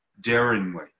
daringly